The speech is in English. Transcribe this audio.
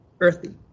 earthy